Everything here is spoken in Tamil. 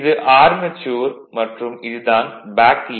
இது ஆர்மெச்சூர் மற்றும் இது தான் பேக் ஈ